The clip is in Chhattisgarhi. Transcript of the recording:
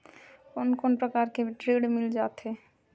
कोन कोन प्रकार के ऋण मिल जाथे?